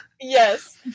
Yes